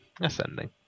Ascending